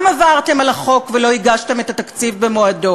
גם עברתם על החוק ולא הגשתם את התקציב במועד,